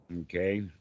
Okay